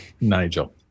Nigel